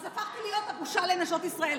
אז הפכתי להיות הבושה לנשות ישראל.